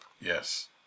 Yes